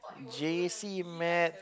J_C maths